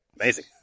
Amazing